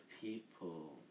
people